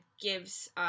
gives